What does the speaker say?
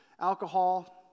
alcohol